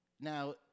now